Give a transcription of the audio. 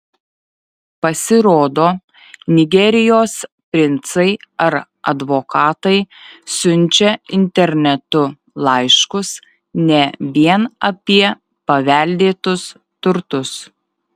pasirodo nigerijos princai ar advokatai siunčia internetu laiškus ne vien apie paveldėtus turtus